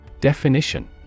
Definition